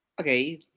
Okay